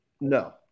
No